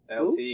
LT